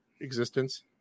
existence